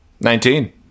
Nineteen